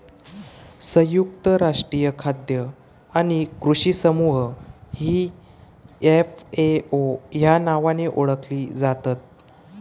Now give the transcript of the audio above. संयुक्त राष्ट्रीय खाद्य आणि कृषी समूह ही एफ.ए.ओ या नावाने ओळखली जातत